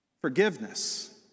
Forgiveness